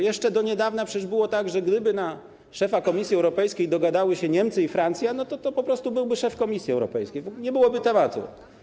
Jeszcze do niedawna przecież było tak, że gdyby co do szefa Komisji Europejskiej dogadały się Niemcy i Francja, to po prostu byłby szef Komisji Europejskiej, nie byłoby tematu.